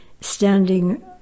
standing